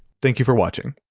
thank you for watching.